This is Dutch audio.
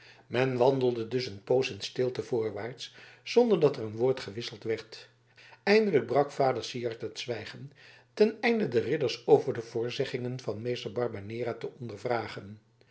men wandelde dus een poos in stilte voorwaarts zonder dat er een woord gewisseld werd eindelijk brak vader syard het zwijgen ten einde de ridders over de voorzeggingen van meester barbanera te